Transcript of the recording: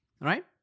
right